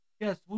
Yes